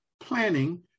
planning